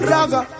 Raga